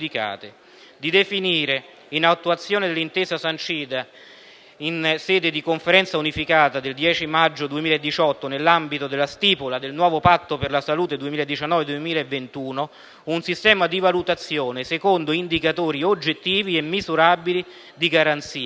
di definire, in attuazione dell'intesa sancita in sede di Conferenza unificata del 10 maggio 2018 nell'ambito della stipula del nuovo Patto per la salute 2019-2021, un sistema di valutazione secondo indicatori oggettivi e misurabili di garanzia